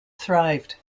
thrived